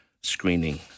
screening